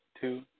two